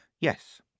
yes